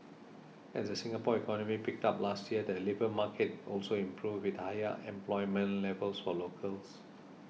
as the Singapore economy picked up last year the labour market also improved with higher employment levels for locals